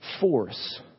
force